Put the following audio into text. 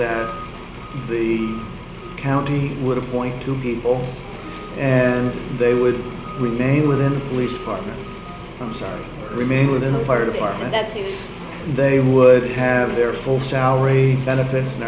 that the county would appoint two people and they would remain within the police department i'm sorry remained within the fire department that they would have their full salary benefits